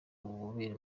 ububobere